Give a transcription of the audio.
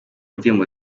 ndirimbo